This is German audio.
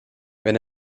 wenn